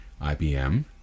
IBM